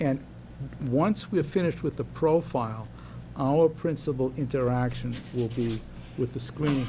and once we are finished with the profile our principal interactions with the screen